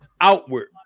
outward